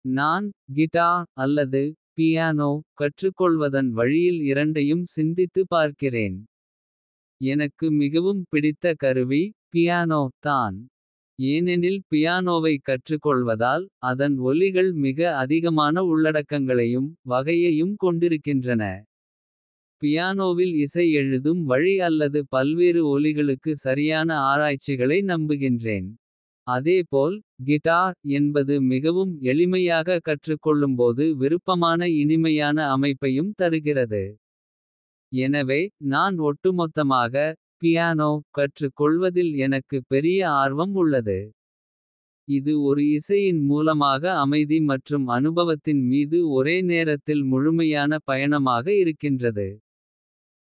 நான் அல்லது கற்றுக்கொள்வதன். வழியில் இரண்டையும் சிந்தித்து பார்க்கிறேன். எனக்கு மிகவும் பிடித்த கருவி தான். ஏனெனில் பியானோவை கற்றுக்கொள்வதால். அதன் ஒலிகள் மிக அதிகமான உள்ளடக்கங்களையும். வகையையும் கொண்டிருக்கின்றன. பியானோவில் இசை எழுதும் வழி அல்லது பல்வேறு. ஒலிகளுக்கு சரியான ஆராய்ச்சிகளை நம்புகின்றேன். அதேபோல் என்பது மிகவும் எளிமையாக. கற்றுக்கொள்ளும்போது விருப்பமான இனிமையான. அமைப்பையும் தருகிறது எனவே நான் ஒட்டுமொத்தமாக. கற்றுக் கொள்வதில் எனக்கு பெரிய ஆர்வம் உள்ளது. இது ஒரு இசையின் மூலமாக அமைதி மற்றும் அனுபவத்தின். மீது ஒரே நேரத்தில் முழுமையான பயணமாக இருக்கின்றது.